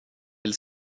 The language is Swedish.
vill